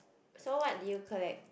so what did you collect